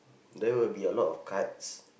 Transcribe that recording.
there will be a lot of cards